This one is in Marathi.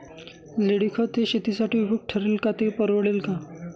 लेंडीखत हे शेतीसाठी उपयुक्त ठरेल का, ते परवडेल का?